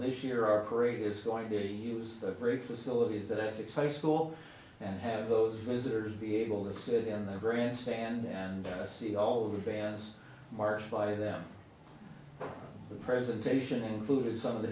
this year our parade is going to use the very facilities that essex high school and have those visitors be able to sit in the grandstand and see all of the bands marched by them the presentation included some of the